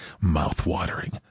Mouth-watering